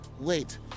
wait